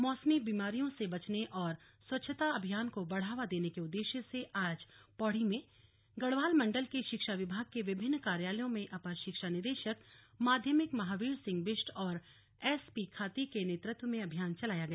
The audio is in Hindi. मौसमी बीमारियों से बचने और स्वच्छता अभियान को बढ़ावा देने के उद्देश्य से आज पौड़ी में गढ़वाल मण्डल के शिक्षा विभाग के विभिन्न कार्यालयों में अपर शिक्षा निदेशक माध्यमिक महाबीर सिंह बिष्ट और एसपी खाती के नेतृत्व में अभियान चलाया गया